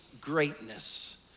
greatness